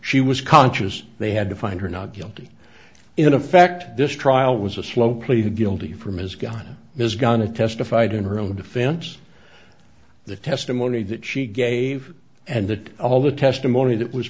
she was conscious they had to find her not guilty in effect this trial was a slow plea to guilty from his gun is gonna testified in her own defense the testimony that she gave and that all the testimony that was